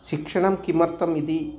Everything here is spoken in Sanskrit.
शिक्षणं किमर्थम् इति